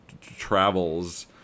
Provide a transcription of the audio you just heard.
travels